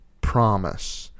promise